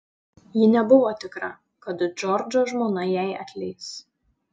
ji nebuvo tikra kad džordžo žmona jai atleis